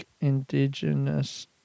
Indigenous